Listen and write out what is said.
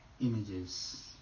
images